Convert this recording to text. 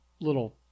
little